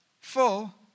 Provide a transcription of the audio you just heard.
full